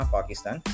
Pakistan